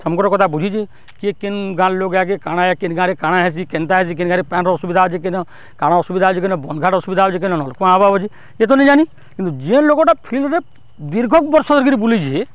ସମ୍କର୍ କଥା ବୁଝିଚେ କି କେନ୍ ଗାଁ ଲୋକ୍ ଆଗେ କାଣା କେନ୍ ଗାଁରେ କାଣା ହେସି କେନ୍ତା ହେସି କେନ୍ ଗାଁରେ ପ୍ୟାନ୍ର ଅୁବିଧା ହଉଚେ କେନ କଣା ଅସୁବିଧା ହଉଚେ ବନ୍ଧ୍ ଘାଟ୍ ଅସୁବିଧା ହଉଚେ କେନ ନଲ୍ କୂଅ ଅଭାବ ହଉଛେ ଏ ତ ନି ଜାନି କିନ୍ତୁ ଜେନ୍ ଲୋକଟା ଫିଲ୍ଡ୍ରେ ଦୀର୍ଘ ବର୍ଷ ଧରି ବୁଲିଚେ